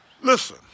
Listen